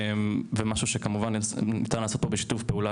ומשהו שכמובן ניתן לעשות פה בשיתוף פעולה,